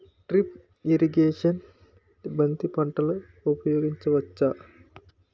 Drip irrigation బంతి పంటలో ఊపయోగించచ్చ?